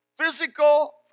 physical